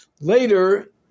Later